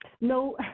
No